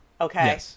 okay